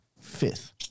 fifth